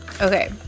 Okay